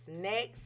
next